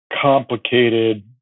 complicated